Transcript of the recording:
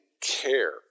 care